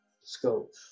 scope